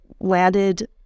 landed